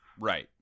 Right